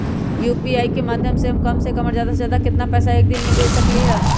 UPI के माध्यम से हम कम से कम और ज्यादा से ज्यादा केतना पैसा एक दिन में भेज सकलियै ह?